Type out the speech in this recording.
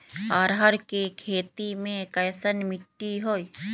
अरहर के खेती मे कैसन मिट्टी होइ?